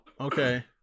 okay